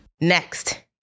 Next